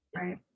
Right